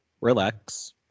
relax